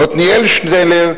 עתניאל שנלר,